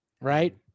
right